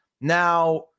Now